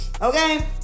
okay